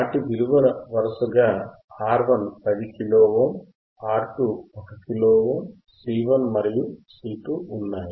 వాటి విలువ వరుసగా R1 10 kilo ohm R2 1 kilo ohm C1 మరియు C2 ఉన్నాయి